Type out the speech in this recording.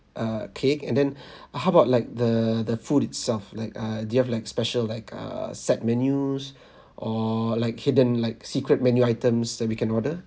err cake and then how about like the the food itself like err do you have like special like err set menus or like hidden like secret menu items that we can order